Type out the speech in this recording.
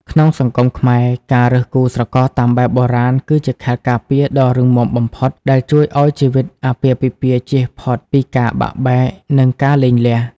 ក្នុងសង្គមខ្មែរ ការរើសគូស្រករតាមបែបបុរាណគឺជា "ខែលការពារ" ដ៏រឹងមាំបំផុត ដែលជួយឱ្យជីវិតអាពាហ៍ពិពាហ៍ចៀសផុតពីការបាក់បែក និងការលែងលះ។